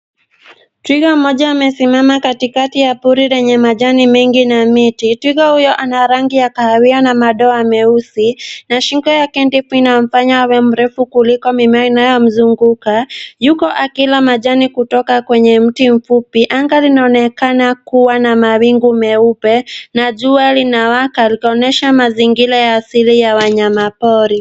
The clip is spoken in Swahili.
Twiga mmoja amesimama katikati ya pori lenye majani mengi na miti. Twiga huyo ana rangi ya kahawia na madoa meusi na shingo yake ndefu inamfanya awe mrefu kuliko mimea inayomzunguka. Yuko akila majani kutoka kwenye mti mfupi. Anga linaonekana kuwa na mawingu meupe na jua linawaka kuonyesha mazingira asili ya wanyama pori.